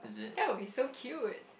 that would be so cute